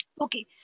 Okay